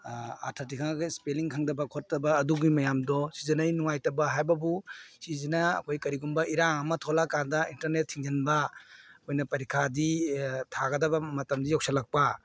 ꯑꯥꯔꯊꯗꯤ ꯈꯪꯉꯒ ꯏꯁꯄꯦꯂꯤꯡ ꯈꯪꯗꯕ ꯈꯣꯠꯇꯕ ꯑꯗꯨꯒꯤ ꯃꯌꯥꯝꯗꯣ ꯁꯤꯖꯤꯟꯅꯩ ꯅꯨꯡꯉꯥꯏꯇꯕ ꯍꯥꯏꯕꯕꯨ ꯁꯤꯁꯤꯅ ꯑꯩꯈꯣꯏ ꯀꯔꯤꯒꯨꯝꯕ ꯏꯔꯥꯡ ꯑꯃ ꯊꯣꯛꯂ ꯀꯥꯟꯗ ꯏꯟꯇꯔꯅꯦꯠ ꯊꯤꯡꯖꯤꯟꯕ ꯑꯩꯈꯣꯏꯅ ꯄꯔꯤꯈ꯭ꯌꯥꯗꯤ ꯊꯥꯒꯗꯕ ꯃꯇꯝꯗꯤ ꯌꯧꯁꯤꯜꯂꯛꯄ